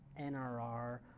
NRR